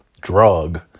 drug